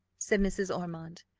said mrs. ormond,